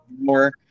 more